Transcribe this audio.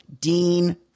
Dean